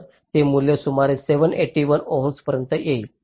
तर हे मूल्य सुमारे 781 ओहम्स पर्यंत येईल